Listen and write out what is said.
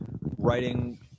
writing